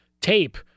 tape